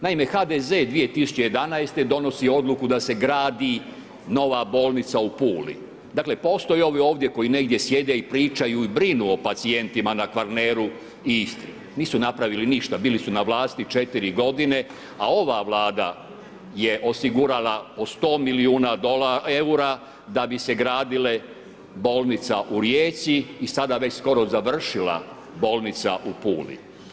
Naime HDZ 2011. donosi odluku da se gradi nova bolnica u Puli, dakle postoje ovi ovdje koji negdje sjede i pričaju i brinu o pacijentima na Kvarneru i nisu napravili ništa, bili su na vlasti 4 godina, a ova Vlada je osigurala od 100 milijuna eura da bi se gradile bolnica u Rijeci i sada već skoro završila bolnica u Puli.